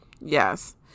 Yes